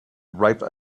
ripe